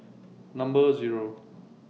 Number Zero